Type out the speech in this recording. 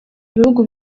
ibihugu